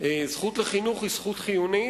הזכות לחינוך היא זכות חיונית,